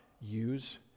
use